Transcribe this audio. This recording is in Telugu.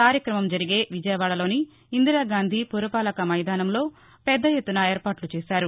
కార్యక్రమం జరిగే విజయవాడలోని ఇందిరాగాంధీ పురపాలక మైదానంలో పెద్ద ఎత్తున ఏర్పాట్ల చేశారు